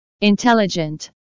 intelligent